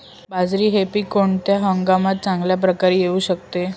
बाजरी हे पीक कोणत्या हंगामात चांगल्या प्रकारे येऊ शकते?